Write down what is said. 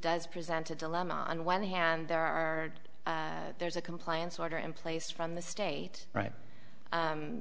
does present a dilemma on one hand there are there's a compliance order in place from the state right